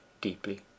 deeply